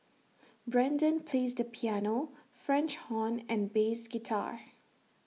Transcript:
Brendan plays the piano French horn and bass guitar